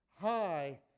high